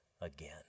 again